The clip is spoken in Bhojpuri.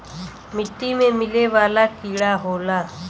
मिट्टी में मिले वाला कीड़ा होला